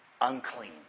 unclean